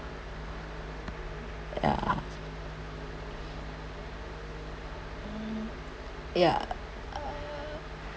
ya ya